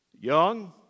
young